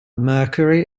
mercury